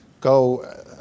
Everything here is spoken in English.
go